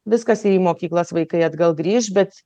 viskas ir į mokyklas vaikai atgal grįš bet